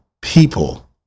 people